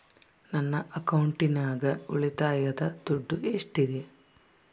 ನನ್ನ ಅಕೌಂಟಿನಾಗ ಉಳಿತಾಯದ ದುಡ್ಡು ಎಷ್ಟಿದೆ?